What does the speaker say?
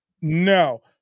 no